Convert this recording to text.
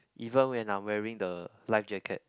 even when I'm wearing the life jacket